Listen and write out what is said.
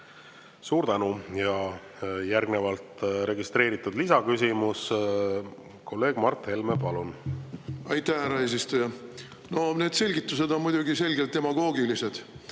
Suur tänu! Järgnevalt registreeritud lisaküsimus. Kolleeg Mart Helme, palun! Aitäh, härra eesistuja! Need selgitused on muidugi selgelt demagoogilised.